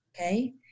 Okay